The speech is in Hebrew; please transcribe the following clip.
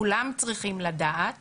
כולם צריכים לדעת